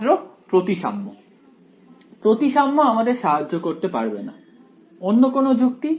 ছাত্র প্রতিসাম্য প্রতিসাম্য আমাদের সাহায্য করতে পারবে না অন্য কোনো যুক্তি